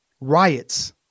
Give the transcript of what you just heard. Riots